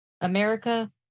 America